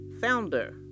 founder